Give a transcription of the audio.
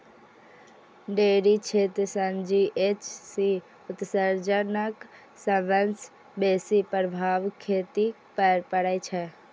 dairy क्षेत्र सं GHC उत्सर्जनक सबसं बेसी प्रभाव खेती पर पड़ै छै